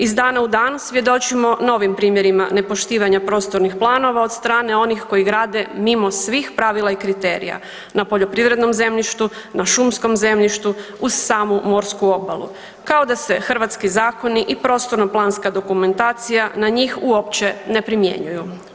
Iz dana u dan svjedočimo novim primjerima nepoštivanja prostornih planova od strane onih koji grade mimo svih pravila i kriterija, na poljoprivrednom zemljištu, na šumskom zemljištu, uz samu morsku obalu, kao da se hrvatski zakoni i prostorno planska dokumentacija na njih uopće ne primjenjuju.